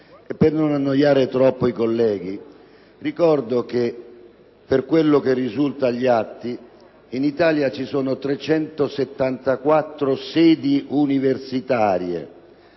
Per non annoiare troppo i colleghi, ricordo solo che – per quello che risulta agli atti – in Italia sono 374 le sedi universitarie,